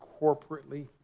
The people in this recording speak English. corporately